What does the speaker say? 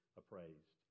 appraised